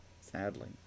Sadly